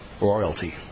royalty